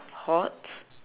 hot